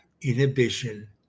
inhibition